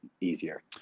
easier